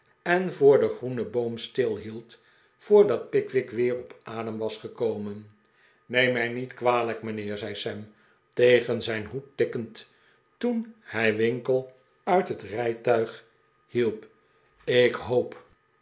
en voor de groene boom stilhield voordat pickwick weer op adem was gekomen neem mij niet kwalijk mijnheer zei sam tegen zijn hoed tikkend toen hij winkle uit het rijtuig hielp ik hoop